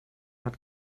hat